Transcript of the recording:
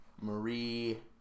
Marie